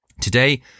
today